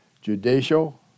judicial